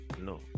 no